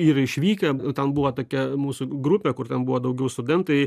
yra išvykę ten buvo tokia mūsų grupė kur ten buvo daugiau studentai